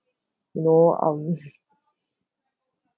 you know um